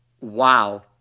Wow